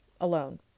alone